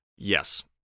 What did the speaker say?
Yes